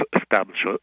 establish